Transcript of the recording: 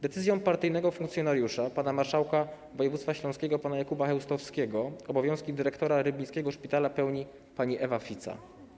Decyzją partyjnego funkcjonariusza, marszałka województwa śląskiego pana Jakuba Chełstowskiego obowiązki dyrektora rybnickiego szpitala pełni pani Ewa Fica.